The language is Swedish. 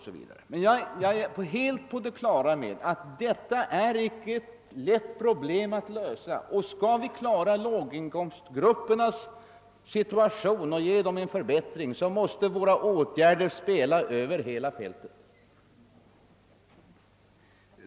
Jag är helt på det klara med att om vi skall kunna lösa låginkomstgruppernas problem, måste våra åtgärder spela över hela fältet.